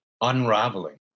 unraveling